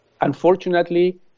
unfortunately